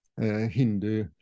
Hindu